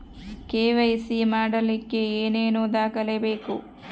KYC ಮಾಡಲಿಕ್ಕೆ ಏನೇನು ದಾಖಲೆಬೇಕು?